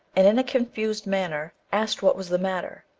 and, in a confused manner, asked what was the matter.